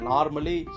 Normally